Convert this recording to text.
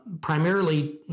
primarily